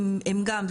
הם גם,